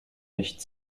nicht